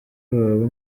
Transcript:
wawe